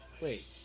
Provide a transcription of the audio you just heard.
Wait